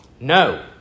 No